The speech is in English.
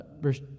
verse